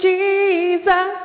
Jesus